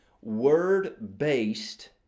Word-based